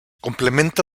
complementa